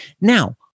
Now